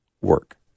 work